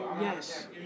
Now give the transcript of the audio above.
yes